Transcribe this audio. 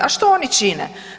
A što oni čini?